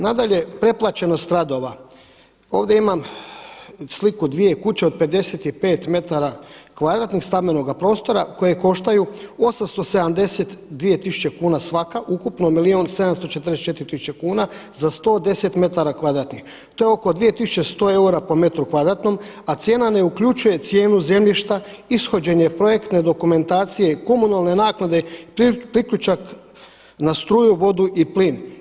Nadalje preplaćenost radova, ovdje imam sliku dvije kuće od 55 metara kvadratnih stambenoga prostora koje koštaju 872 tisuće kuna svaka, ukupno milijun 744 tisuće kuna za 110 metara kvadratnih, to je oko 2100 eura po metru kvadratnom a cijena ne uključuje cijenu zemljišta, ishođene projektne dokumentacije i komunalne naknade, priključak na struju, vodu i plin.